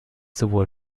sowohl